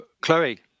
Chloe